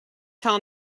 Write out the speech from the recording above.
tell